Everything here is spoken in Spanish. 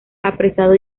apresado